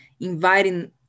inviting